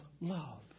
love